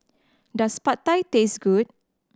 does Pad Thai taste good